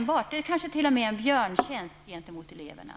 Att påstå det är kanske t.o.m. att göra eleverna en björntjänst.